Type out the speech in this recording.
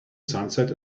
sunset